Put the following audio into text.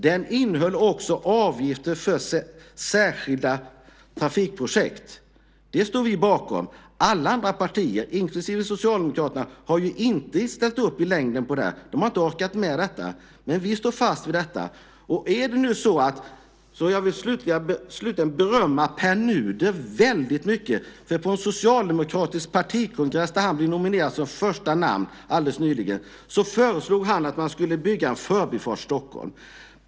Den innehöll också avgifter för särskilda trafikprojekt. Det står vi bakom. Inga andra partier, inte heller Socialdemokraterna, har i längden ställt upp på det här. De har inte orkat med det. Men vi står fast vid detta. Jag vill slutligen berömma Pär Nuder väldigt mycket, för på en socialdemokratisk partikongress där han blev nominerad som första namn alldeles nyligen föreslog han att man skulle bygga Förbifart Stockholm.